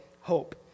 hope